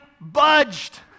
budged